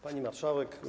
Pani Marszałek!